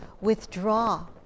withdraw